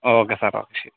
okay sir okay ശരി